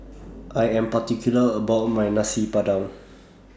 I Am particular about My Nasi Padang